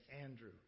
Andrew